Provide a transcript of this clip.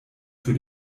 für